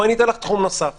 אני אתן תחום נוסף